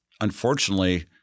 unfortunately